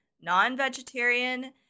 non-vegetarian